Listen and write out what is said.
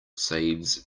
saves